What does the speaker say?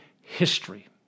history